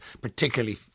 particularly